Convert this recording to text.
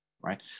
Right